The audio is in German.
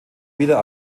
wieder